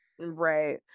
Right